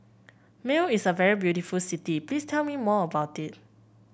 Male is a very beautiful city please tell me more about it